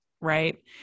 right